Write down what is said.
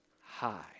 high